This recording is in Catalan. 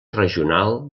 regional